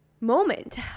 moment